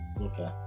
Okay